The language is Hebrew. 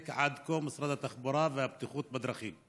אותו עד כה משרד התחבורה והבטיחות בדרכים,